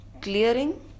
Clearing